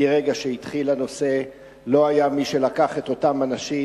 מרגע שהתחיל הנושא לא היה מי שלקח את אותם אנשים,